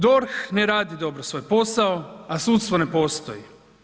DORH ne radi dobro svoj posao a sudstvo ne postoji.